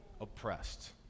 oppressed